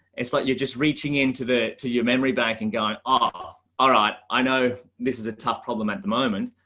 it's like you're just reaching into the to your memory bank and going off. all right? i know, this is a tough problem at the moment.